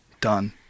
Done